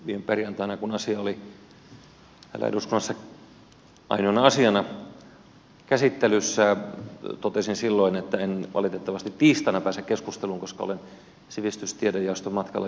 viime perjantaina kun asia oli täällä eduskunnassa ainoana asiana käsittelyssä totesin että en valitettavasti tiistaina pääse keskusteluun koska olen sivistys ja tiedejaoston matkalla jyväskylässä